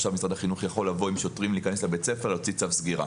משרד החינוך יכול לבוא עם שוטרים ולהיכנס לבית הספר ולהוציא צו סגירה.